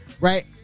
right